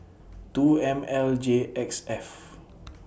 two M L J X F